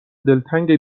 دلتنگ